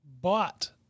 Bought